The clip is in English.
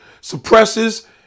suppresses